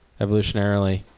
evolutionarily